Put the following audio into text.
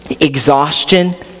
exhaustion